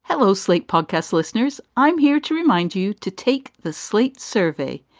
hello, slate podcast listeners. i'm here to remind you to take the slate survey.